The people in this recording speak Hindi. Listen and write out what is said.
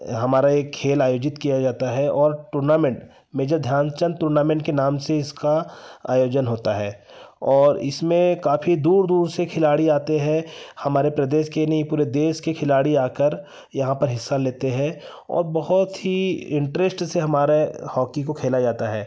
हमारा एक खेल आयोजित किया जाता है और टूर्नामेंट मेजर ध्यानचंद टूर्नामेंट के नाम से इसका आयोजन होता है और इसमें काफ़ी दूर दूर से खिलाड़ी आते हैं हमारे प्रदेश के नहीं पूरे देश के खिलाड़ी आकर यहाँ पर हिस्सा लेते हैं और बहुत ही इंटरेस्ट से हमारे हॉकी को खेला जाता है